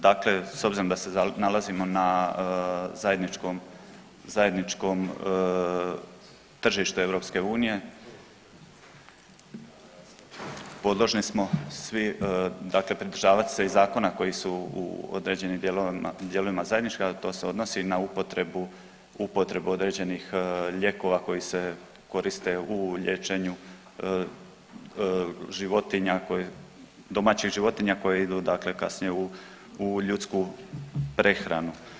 Dakle, s obzirom da se nalazimo na zajedničkom tržištu EU podložni smo svi, dakle pridržavat se i zakona koji su u određenim dijelovima zajednički, a to se odnosi na upotrebu određenih lijekova koji se koriste u liječenju životinja, domaćih životinja koje idu dakle kasnije u ljudsku prehranu.